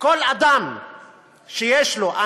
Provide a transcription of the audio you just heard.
כל אדם שיש לו,